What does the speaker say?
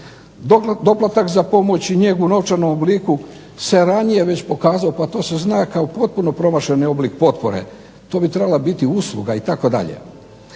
Doplatak za pomoć i njegu u novčanom obliku se ranije već pokazao, pa to se zna kao potpuno promašeni oblik potpore. To bi trebala biti usluga, itd.